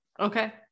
Okay